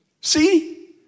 See